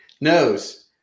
Nose